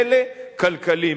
פלא כלכלי.